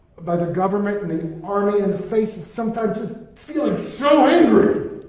by the government and the army, in the face of sometimes just feeling so angry,